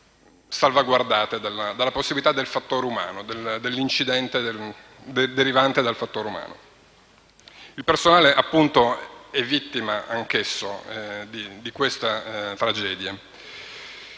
salvaguardate dalla possibilità dell'incidente derivante dal fattore umano. Il personale è vittima anch'esso di questa tragedia.